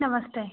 नमस्ते